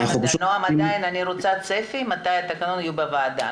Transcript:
נועם, עדיין אני רוצה צפי מתי התקנות יהיו בוועדה.